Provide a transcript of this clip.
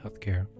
healthcare